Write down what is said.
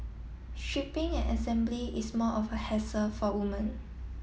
shipping and assembly is more of a hassle for woman